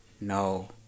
No